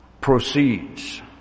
proceeds